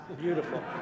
Beautiful